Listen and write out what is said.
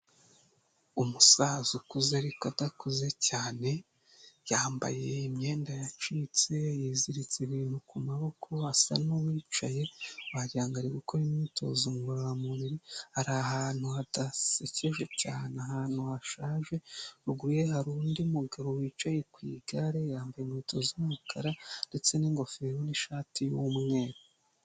Umusaza ukuze ariko adakuze cyane, yambaye imyenda yacitse yiziritse ibintu kumaboko asa n'uwicaye, wagira ngo ari gukora imyitozo ngororamubiri, ari ahantu hadasekeje cyane ahantu hashaje, ruguru ye hari undi mugabo wicaye ku igare yambaye inkweto z'umukara ndetse n'ingofero n'ishati y'umweru.